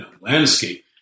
landscape